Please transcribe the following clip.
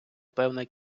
певна